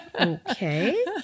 okay